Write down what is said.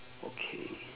okay